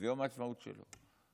זה יום העצמאות שלו.